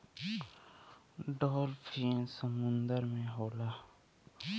dolphin समुंदर में होला